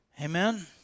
Amen